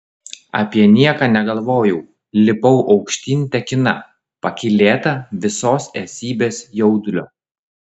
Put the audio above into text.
apie nieką negalvojau lipau aukštyn tekina pakylėta visos esybės jaudulio